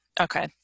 Okay